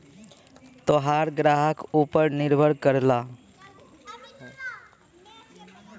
तोहार ग्राहक ऊपर निर्भर करला